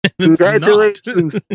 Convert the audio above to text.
Congratulations